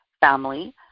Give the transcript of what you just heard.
family